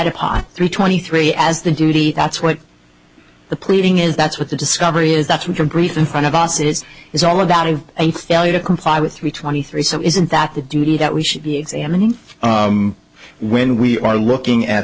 of pot three twenty three as the duty that's what the pleading is that's what the discovery is that's in from greece in front of us it is all about a failure to comply with three twenty three so isn't that the duty that we should be examining when we are looking at